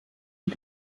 und